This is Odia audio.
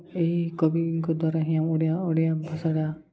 ଏହି କବିଙ୍କ ଦ୍ୱାରା ହିଁ ଆମ ଓଡ଼ିଆ ଓଡ଼ିଆ ଭାଷାଟା